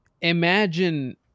imagine